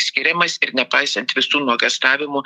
skiriamas ir nepaisant visų nuogąstavimų